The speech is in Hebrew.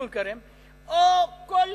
ואשתי מטול-כרם,